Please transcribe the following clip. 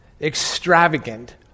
extravagant